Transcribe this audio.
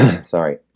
sorry